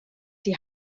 die